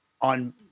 on